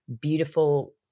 beautiful